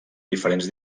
diferents